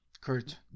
kurt